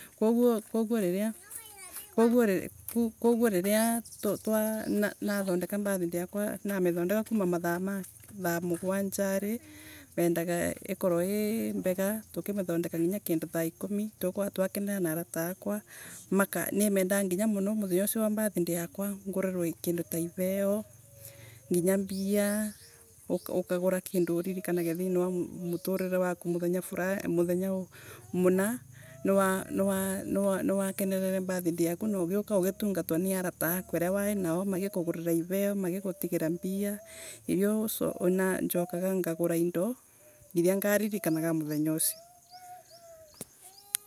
Koguo riria koguo riria nanthondeka birthday yakwa namithondeka kuuma mathaa ma thaa mugwanja mendaga ikorwe ii mbega tukimithondeka nginya thaa ikumi. tugikawo twakenanira na arataakwa. Makanimendaga munio muthenya ucio wa birthday yakwa ngurirwe kindu ta i veo. nginya mbia. ukaruga kindu niguo uririkanage thini wa muturire waku muthenya fulani muthenya muna. Niwa niwa kenerere birthday yaku na ugiuka ugitungatwa ni arata aku ana waiinao magikugurira iveo. magigutagira mbia iria ucokana ngagura indo iria ngaririkanaga muthenya ucio.